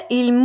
il